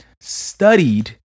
studied